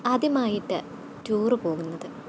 ആദ്യമായിട്ടു tour പോകുന്നത്